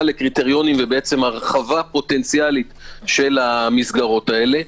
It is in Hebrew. לקריטריונים והרחבה פוטנציאלית של המסגרות האלה.